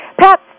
Pat